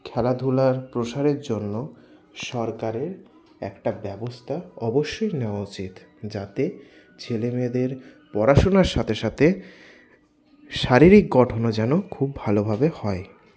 খেলাধুলার প্রসারের জন্য সরকারের একটা ব্যবস্থা অবশ্যই নেওয়া উচিত যাতে ছেলেমেয়েদের পড়াশোনার সাথে সাথে শারীরিক গঠনও যেন খুব ভালোভাবে হয়